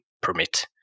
permit